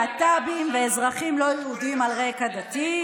להט"בים ואזרחים לא יהודים על רקע דתי,